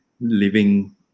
living